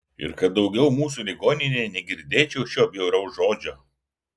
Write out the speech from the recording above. ir kad daugiau mūsų ligoninėje negirdėčiau šio bjauraus žodžio